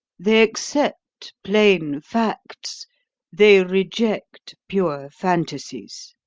they accept plain facts they reject pure phantasies.